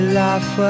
laugh